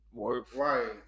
Right